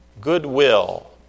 goodwill